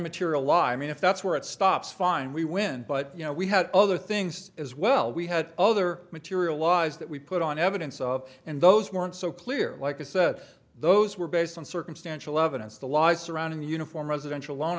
material live in if that's where it stops fine we win but you know we had other things as well we had other materialize that we put on evidence of and those weren't so clear like i said those were based on circumstantial evidence the lies around in uniform residential loan